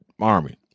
army